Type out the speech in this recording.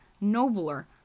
nobler